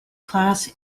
class